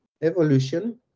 evolution